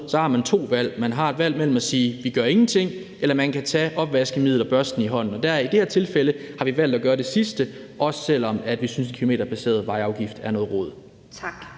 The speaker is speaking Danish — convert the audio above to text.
så har man to valg. Man har et valg mellem at sige, at man ingenting gør, eller man kan tage opvaskemiddel og børste i hånden. Og i det her tilfælde har vi valgt at gøre det sidste, også selv om vi synes, en kilometerbaseret vejafgift er noget rod. Kl.